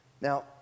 Now